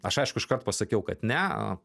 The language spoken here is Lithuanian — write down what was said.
aš aišku iškart pasakiau kad ne